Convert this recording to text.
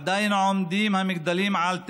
עדיין המגדלים עומדים על תילם.